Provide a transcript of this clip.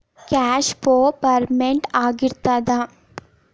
Cash flow format ಹೆಂಗಿರ್ತದ?